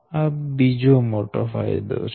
આ બીજો મોટો ફાયદો છે